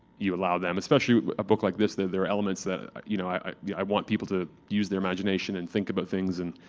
you allow them, especially a book like this, there are elements that you know i mean i want people to use their imagination and think about things, and